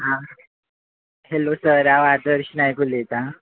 आं hello sir हांव आदर्श नायक उलयतां